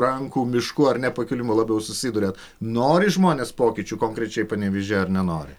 rankų mišku ar ne pakilimu labiau susiduriat nori žmonės pokyčių konkrečiai panevėžyje ar nenori